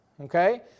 okay